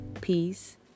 Peace